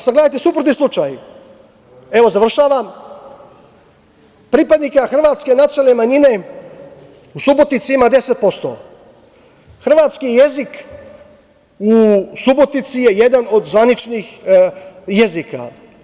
Sad gledajte suprotni slučaj, evo, završavam, pripadnika hrvatske nacionalne manjine u Subotici ima 10%, hrvatski jezik u Subotici je jedan od zvaničnih jezika.